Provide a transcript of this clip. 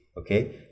Okay